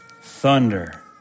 thunder